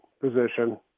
position